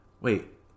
Wait